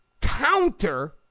counter